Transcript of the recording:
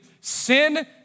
Sin